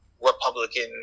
Republican